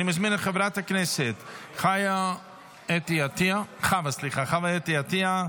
אני מזמין את חברת הכנסת חוה אתי עטייה,